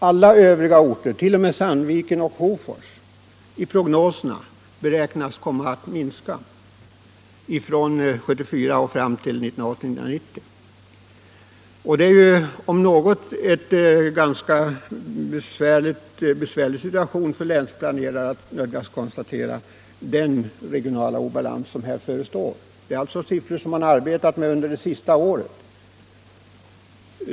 Alla övriga orter, t.o.m. Sandviken och Hofors, beräknas komma att minska från 1974 fram till 1980 och 1990. Det är en ganska besvärlig situation länsplanerarna försätts i när de nödgas kontstatera en sådan regional obalans som här visas upp; detta är alltså siffror som legat till grund för deras arbete under det senaste året.